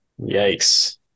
Yikes